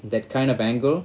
that kind of angle